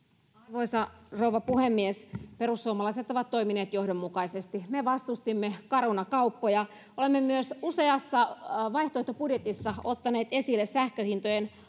arvoisa rouva puhemies perussuomalaiset ovat toimineet johdonmukaisesti me vastustimme caruna kauppoja olemme myös useassa vaihtoehtobudjetissa ottaneet esille sähköhintojen